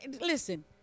Listen